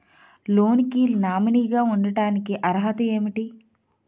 Loan కి nominee గా ఉండటానికి అర్హత ఏమిటి?